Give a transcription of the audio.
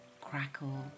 crackle